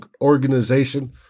organization